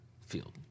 field